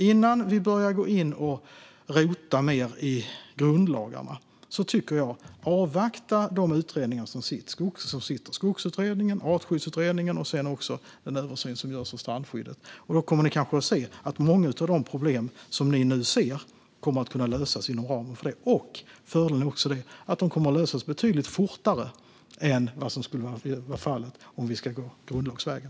Innan vi börjar rota i grundlagarna tycker jag att vi ska avvakta utredningarna, Skogsutredningen, Artskyddsutredningen och den översyn som görs av strandskyddet, och då kommer ni att se att många av problemen kan lösas inom ramen för utredningarna. Fördelen är att de löses betydligt fortare än vad som blir fallet om vi går grundlagsvägen.